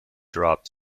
drop